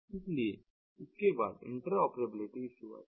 इसलिए इसके बाद इंटरऑपरेबिलिटी इश्यू आता है